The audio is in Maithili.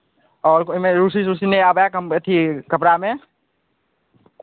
आओर ओहिमे रूसी तूसी नहि आबय कम् अथी कपड़ामे